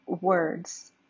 words